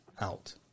out